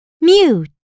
mute